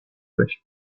west